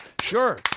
Sure